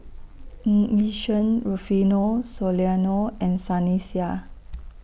Ng Yi Sheng Rufino Soliano and Sunny Sia